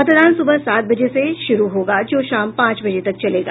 मतदान सुबह सात बजे से मतदान श्रू होगा जो शाम पांच बजे तक चलेगा